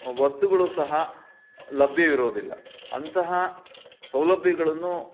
ವಸ್ತುಗಳು ಸಹ ಲಭ್ಯವಿರೋದಿಲ್ಲ ಅಂತಹ ಸೌಲಭ್ಯಗಳನ್ನು